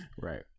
Right